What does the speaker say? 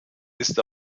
ist